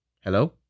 Hello